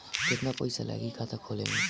केतना पइसा लागी खाता खोले में?